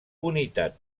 unitat